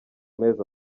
mezi